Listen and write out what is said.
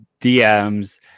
DMs